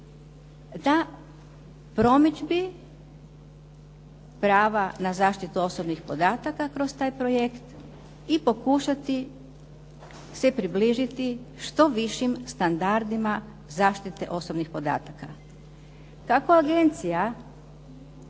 na promidžbi prava na zaštitu osobnih podataka kroz taj projekt, i pokušati se približiti što višim standardima zaštite osobnih podataka. Takva agencija